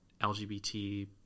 LGBT